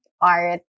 art